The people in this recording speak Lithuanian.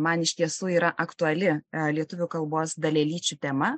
man iš tiesų yra aktuali lietuvių kalbos dalelyčių tema